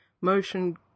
motion